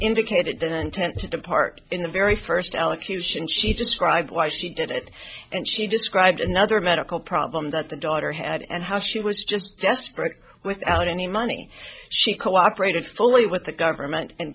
indicated that intent to depart in the very first elocution she described why she did it and she described another medical problem that the daughter had and how she was just desperate without any money she cooperated fully with the government and